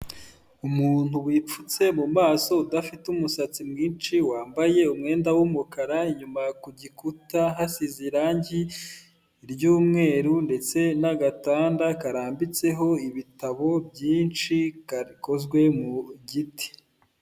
Umuntu wipfutse mu maso udafite umusatsi mwinshi wambaye umwenda w'umukara inyuma ku gikuta hasize irangi ry'umweru ndetse n'agatanda karambitseho ibitabo byinshi gakozwe mu giti.